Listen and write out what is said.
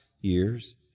years